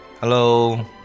Hello